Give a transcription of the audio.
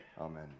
Amen